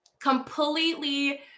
completely